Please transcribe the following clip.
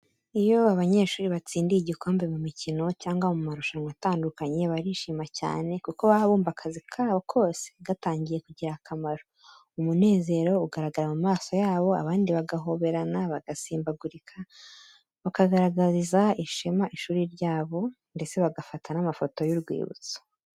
Iyo abanyeshuri batsindiye igikombe mu mikino cyangwa mu marushanwa atandukanye, barishima cyane kuko baba bumva akazi kabo kose gatangiye kugira akamaro. Umunezero ugaragara mu maso yabo, abandi bagahoberana, bagasimbagurika, bakagaragariza ishema ishuri ryabo ndetse bagafata n’amafoto y’urwibutso.